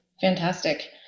fantastic